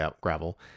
gravel